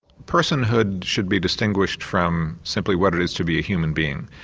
personhood should be distinguished from simply what it is to be a human being.